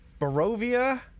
Barovia